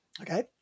okay